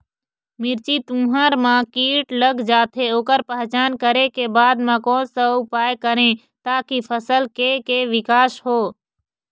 मिर्ची, तुंहर मा कीट लग जाथे ओकर पहचान करें के बाद मा कोन सा उपाय करें ताकि फसल के के विकास हो?